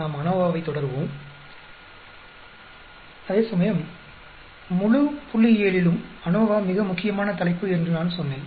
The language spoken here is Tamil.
நாம் அநோவாவை தொடருவோம் அதேசமயம் முழு புள்ளியியலிலும் அநோவா மிக முக்கியமான தலைப்பு என்று நான் சொன்னேன்